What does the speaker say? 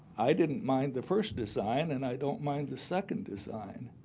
i didn't mind the first design, and i don't mind the second design.